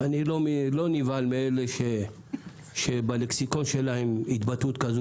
אני לא נבהל מאלה שבלקסיקון שלהם התבטאות כזו